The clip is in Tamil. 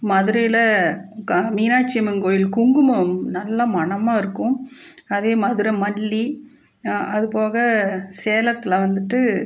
மதுரையில் க மீனாட்சி அம்மன் கோயில் குங்குமம் நல்ல மணமாக இருக்கும் அதே மதுரை மல்லி அது போக சேலத்தில் வந்துட்டு